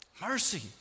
Mercy